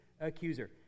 accuser